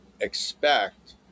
expect